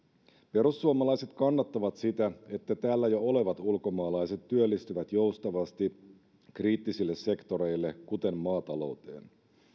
perussuomalaiset kannattavat sitä että täällä jo olevat ulkomaalaiset työllistyvät joustavasti kriittisille sektoreille kuten maatalouteen